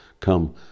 Come